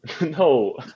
No